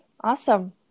Awesome